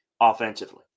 offensively